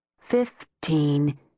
fifteen